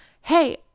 hey